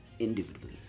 indubitably